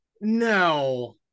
No